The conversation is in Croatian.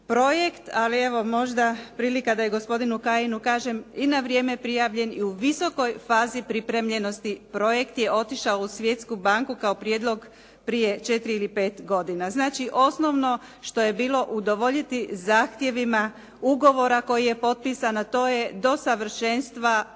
projekt. Ali evo možda prilika da i gospodinu Kajinu kažem i na vrijeme prijavljen i u visokoj fazi pripremljenosti projekt je otišao u Svjetsku banku kao prijedlog prije četiri ili pet godina. Znači, osnovno što je bilo udovoljiti zahtjevima ugovora koji je potpisan a to je do savršenstva uređena,